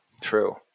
True